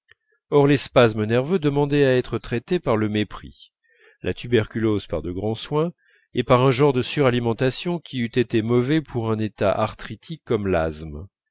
or les spasmes nerveux demandaient à être traités par le mépris la tuberculose par de grands soins et par un genre de suralimentation qui eût été mauvaise pour un état arthritique comme l'asthme